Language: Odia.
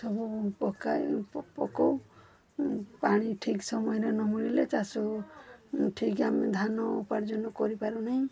ସବୁ ପକାଉ ପାଣି ଠିକ୍ ସମୟରେ ନ ମିଳିଲେ ଚାଷ ଠିକ୍ ଆମେ ଧାନ ଉପାର୍ଜନ କରିପାରୁ ନାହିଁ